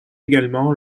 également